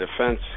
defense